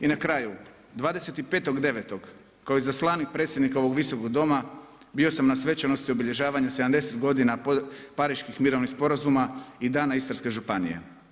I na kraju, 25.9. kao izaslanik predsjednika ovog visokog doma bio sam na svečanosti obilježavanja 70 godina Pariških mirovnih sporazuma i Dana Istarske županije.